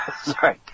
sorry